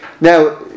Now